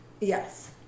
Yes